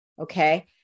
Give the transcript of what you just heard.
Okay